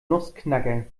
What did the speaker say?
nussknacker